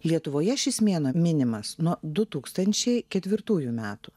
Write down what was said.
lietuvoje šis mėnuo minimas nuo du tūkstančiai ketvirtųjų metų